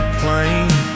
plane